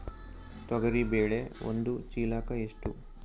ತೊಗರಿ ಬೇಳೆ ಒಂದು ಚೀಲಕ ಎಷ್ಟು?